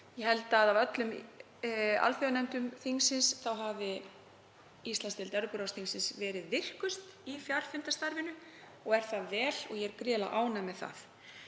Ég held að af öllum alþjóðanefndum þingsins hafi Íslandsdeild Evrópuráðsþingsins verið virkust í fjarfundastarfinu og er það vel og ég er gríðarlega ánægð með það.